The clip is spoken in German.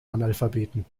analphabeten